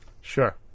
Sure